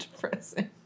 depressing